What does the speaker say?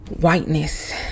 whiteness